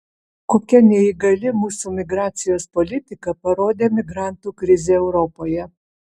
kokia neįgali mūsų migracijos politika parodė migrantų krizė europoje